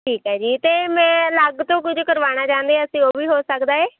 ਠੀਕ ਹੈ ਜੀ ਅਤੇ ਮੈਂ ਅਲੱਗ ਤੋਂ ਕੁਝ ਕਰਵਾਉਣਾ ਚਾਹੁੰਦੇ ਆ ਅਸੀਂ ਉਹ ਵੀ ਹੋ ਸਕਦਾ ਹੈ